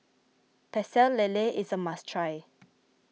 Pecel Lele is a must try